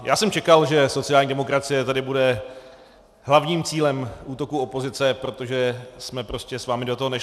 Já jsem čekal, že sociální demokracie tady bude hlavním cílem útoků opozice, protože jsme prostě s vámi do toho nešli.